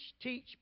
teach